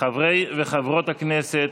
חברי וחברות הכנסת,